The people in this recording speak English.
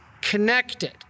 connected